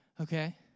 Okay